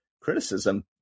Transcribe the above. criticism